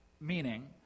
meaning